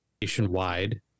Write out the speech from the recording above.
nationwide